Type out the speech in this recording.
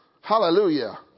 Hallelujah